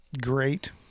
great